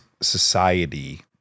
society